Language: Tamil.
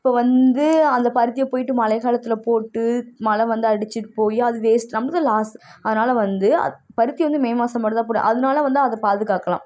இப்போது வந்து அந்த பருத்தியை போயிட்டு மழை காலத்தில் போட்டு மழை வந்து அடிச்சுட்டு போய் அது வேஸ்ட் நமக்கு தான் லாஸ் அதனால் வந்து அந்த பருத்தியை வந்து மே மாசம் மட்டும்தான் போடுவாங்க அதனால் வந்து அதை பாதுகாக்கலாம்